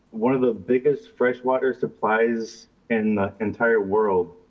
one of the biggest fresh water supplies in the entire world,